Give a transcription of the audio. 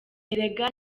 erega